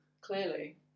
clearly